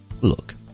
Look